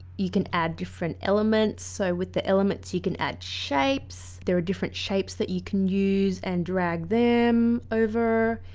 you can add different elements, so with the elements you can add shapes there are different shapes that you can use and drag them over,